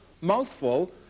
mouthful